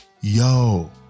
yo